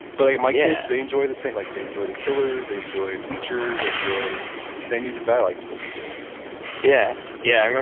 but, my kids they enjoy the same, like they enjoy the killers, they enjoy bleachers, they enjoy the same music that i like to listen to yeah, yeah.